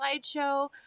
slideshow